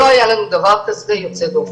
לא היה לנו דבר כזה יוצא דופן.